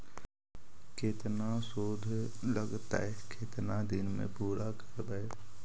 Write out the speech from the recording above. केतना शुद्ध लगतै केतना दिन में पुरा करबैय?